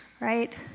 right